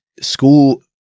school